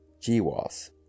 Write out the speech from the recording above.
GWAS